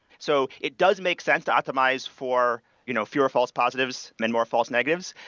so it does make sense to optimize for you know fewer false positives and more false-negatives,